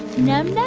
num, num